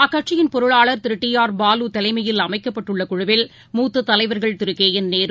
அக்கட்சியின் பொருளாளர் திரு டி ஆர் பாலுதலைமையில் அமைக்கப்பட்டுள்ளகுழுவில் மூத்ததலைவர்கள் திருகேஎன் நேரு